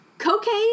Cocaine